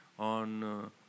On